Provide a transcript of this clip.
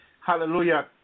hallelujah